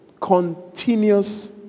Continuous